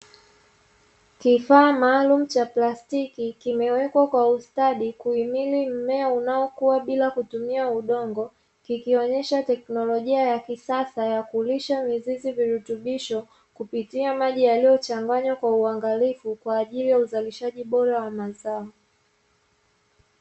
Kifaa maalumu cha plastiki, kimewekwa kwa ustadi kuhimili mmea unaokua bila kutumia udongo, kikionyesha tekinolojia ya kisasa ya kulisha mizizi virutubisho kupitia maji yaliyochanganywa kwa uwangalifu kwaajili ya uzalishaji bora wa mazao.